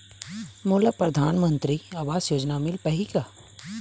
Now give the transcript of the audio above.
मोला परधानमंतरी आवास योजना मिल पाही का?